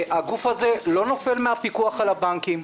הגוף הזה לא נופל מן הפיקוח על הבנקים,